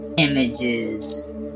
Images